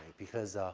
because,